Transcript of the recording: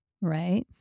Right